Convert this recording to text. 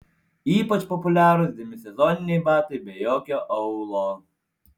ypač populiarūs demisezoniniai batai be jokio aulo